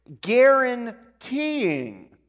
guaranteeing